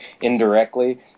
indirectly